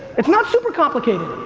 it's not super complicated.